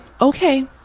Okay